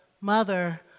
mother